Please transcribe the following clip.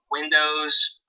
windows